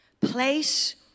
Place